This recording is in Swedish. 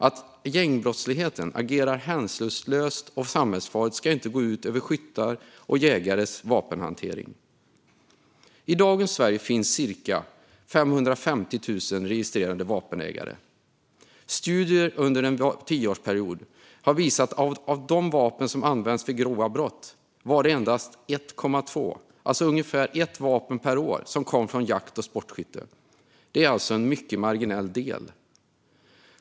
Att gängbrottsligheten agerar hänsynslöst och samhällsfarligt ska inte gå ut över skyttars och jägares vapenhantering. I dagens Sverige finns cirka 550 000 registrerade vapenägare. Studier under en tioårsperiod har visat att av de vapen som användes vid grova brott var det endast 1,2 vapen, alltså ungefär ett vapen, per år som kom från jakt eller sportskytte. Det är alltså en mycket marginell del.